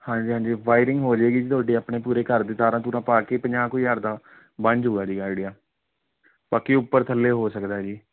ਹਾਂਜੀ ਹਾਂਜੀ ਵਾਇਰਿੰਗ ਹੋ ਜਾਏਗੀ ਤੁਹਾਡੀ ਆਪਣੇ ਪੂਰੇ ਘਰ ਦੀ ਤਾਰਾਂ ਤੂਰਾ ਪਾ ਕੇ ਪੰਜਾਹ ਕੁ ਹਜ਼ਾਰ ਦਾ ਬਣ ਜੂਗਾ ਜੀ ਆਈਡੀਆ ਬਾਕੀ ਉੱਪਰ ਥੱਲੇ ਹੋ ਸਕਦਾ ਜੀ